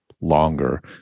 longer